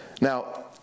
Now